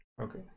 okay